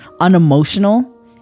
unemotional